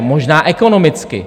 Možná ekonomicky.